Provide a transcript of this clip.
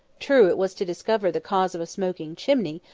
true, it was to discover the cause of a smoking chimney,